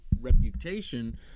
reputation